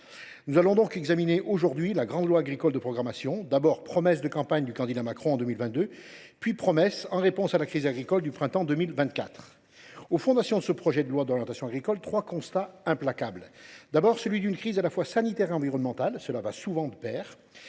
Nous allons donc examiner aujourd’hui la grande loi de programmation agricole, d’abord promesse de campagne du candidat Macron en 2022, puis promesse en réponse à la crise agricole du printemps 2024. Ce projet de loi d’orientation agricole se fonde sur trois constats implacables, dont tout d’abord celui d’une crise à la fois sanitaire et environnementale, ce qui va souvent de pair.